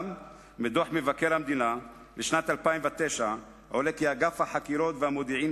אולם מדוח מבקר המדינה לשנת 2009 עולה כי אגף החקירות והמודיעין